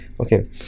Okay